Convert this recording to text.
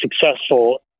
successful